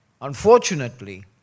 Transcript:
Unfortunately